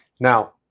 Now